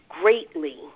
greatly